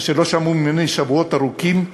אשר לא שמעו ממני שבועות ארוכים,